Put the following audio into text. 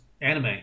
anime